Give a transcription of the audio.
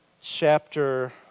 chapter